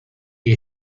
you